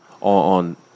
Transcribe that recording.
on